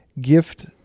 gift